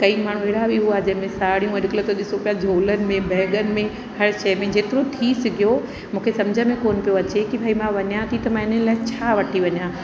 कई माण्हू अहिड़ा बि हुआ जंहिंमें साढ़ियूं अॼुकल्ह ॾिसो पिया झोलन में बैगन में हर शइ में जेतिरो थी सघियो मूंखे सम्झ में कोन पियो अचे भई मां वञा थी पई त इन्हनि लाइ छा वठी वञां